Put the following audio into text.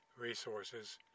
resources